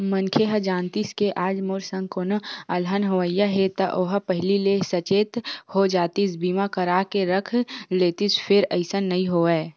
मनखे ह जानतिस के आज मोर संग कोनो अलहन होवइया हे ता ओहा पहिली ले सचेत हो जातिस बीमा करा के रख लेतिस फेर अइसन नइ होवय